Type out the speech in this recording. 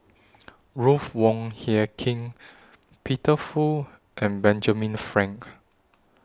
Ruth Wong Hie King Peter Fu and Benjamin Frank